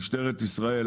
משטרת ישראל,